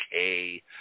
okay